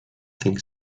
think